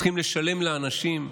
צריכים לשלם לאנשים,